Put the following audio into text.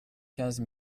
quinze